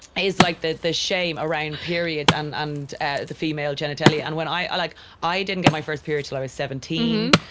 is like the, the shame around periods and and ah the female genitalia. and when i like i didn't get my first period till i was seventeen.